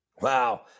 Wow